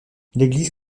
l’église